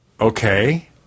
Okay